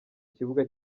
kibuga